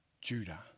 Judah